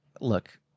look